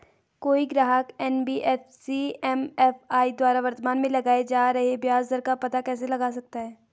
कोई ग्राहक NBFC MFI द्वारा वर्तमान में लगाए जा रहे ब्याज दर का पता कैसे लगा सकता है?